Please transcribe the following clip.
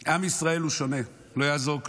עם ישראל הוא שונה, לא יעזור כלום.